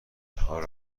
حال